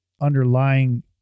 underlying